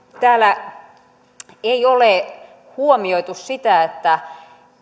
täällä ei ole huomioitu sitä että